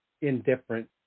indifferent